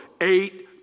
eight